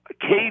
Katie